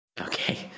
Okay